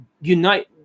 unite